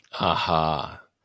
Aha